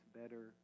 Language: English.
better